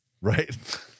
Right